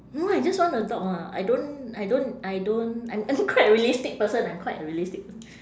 no I just want a dog ah I don't I don't I don't I'm I'm quite a realistic person I'm quite a realistic person